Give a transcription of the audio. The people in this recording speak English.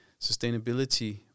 Sustainability